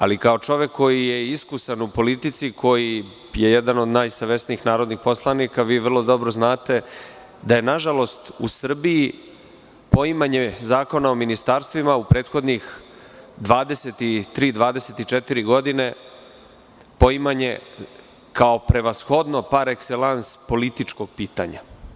Ali, kao čovek koji je iskusan u politici, koji je jedan od najsavesnijih narodnih poslanika, vi vrlo dobro znate da je nažalost u Srbiji poimanje Zakona o ministarstvima u prethodnih 23, 24 godine poimanje kao prevashodno par ekselans političkog pitanja.